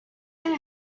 and